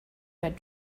had